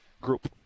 group